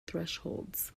thresholds